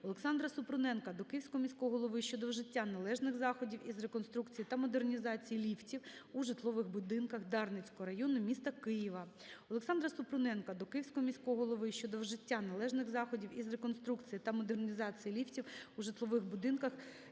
Олександра Супруненка до Київського міського голови щодо вжиття належних заходів із реконструкції та модернізації ліфтів у житлових будинках Дарницького району міста Києва. Олександра Супруненка до Київського міського голови щодо вжиття належних заходів із реконструкції та модернізації ліфтів у житлових будинках